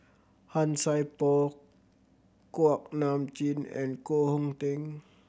Han Sai Por Kuak Nam Jin and Koh Hong Teng